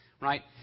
right